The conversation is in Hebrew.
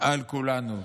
על כולנו.